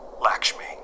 Lakshmi